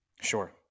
Sure